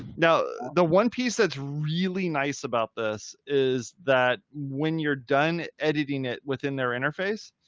now, the one piece that's really nice about this is that when you're done editing it within their interface,